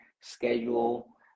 schedule